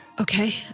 Okay